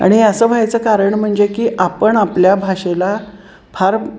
आणि असं व्हायचं कारण म्हणजे की आपण आपल्या भाषेला फार